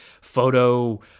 photo